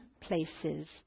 places